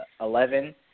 Eleven